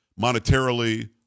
monetarily